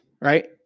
right